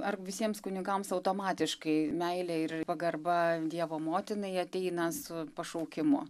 ar visiems kunigams automatiškai meilė ir pagarba dievo motinai ateina su pašaukimu